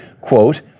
quote